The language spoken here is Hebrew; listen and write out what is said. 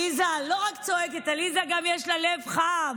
עליזה לא רק צועקת, גם לעליזה יש לב חם.